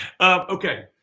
Okay